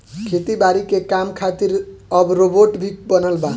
खेती बारी के काम खातिर अब रोबोट भी बनल बा